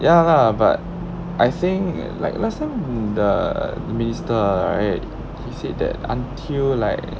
ya lah but I think like last time the minister right he said that until like